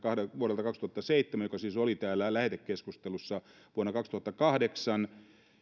vuodelta kaksituhattaseitsemän joka siis oli täällä lähetekeskustelussa vuonna kaksituhattakahdeksan että